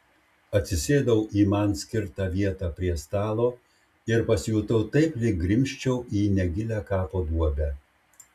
atsisėdau į man skirtą vietą prie stalo ir pasijutau taip lyg grimzčiau į negilią kapo duobę